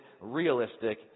realistic